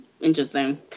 interesting